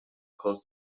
close